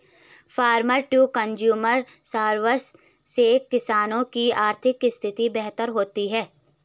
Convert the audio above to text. farmer to consumer service से किसानों की आर्थिक स्थिति बेहतर होती है